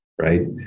Right